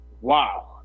wow